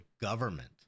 government